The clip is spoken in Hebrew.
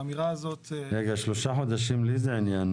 האמירה הזאת --- שלושה חודשים לאיזה עניין,